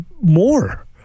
more